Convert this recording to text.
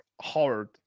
hard